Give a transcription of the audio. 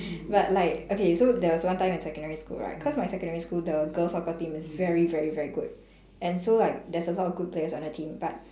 but like okay so there was one time in secondary school right cause my secondary school the girls' soccer team is very very very good and so like there's a lot of good players on the team but